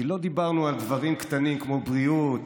כי לא דיברנו על דברים קטנים כמו בריאות,